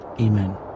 Amen